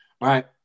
right